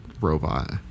robot